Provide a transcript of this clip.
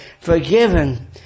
forgiven